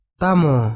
tamo